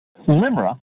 LIMRA